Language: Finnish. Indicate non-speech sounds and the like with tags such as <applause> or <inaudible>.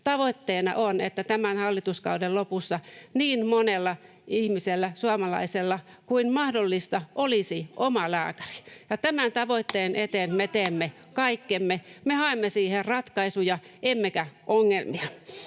Tavoitteena on, että tämän hallituskauden lopussa niin monella suomalaisella ihmisellä kuin mahdollista olisi omalääkäri. <noise> Tämän tavoitteen eteen me teemme kaikkemme. Me haemme siihen ratkaisuja, emmekä ongelmia.